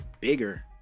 bigger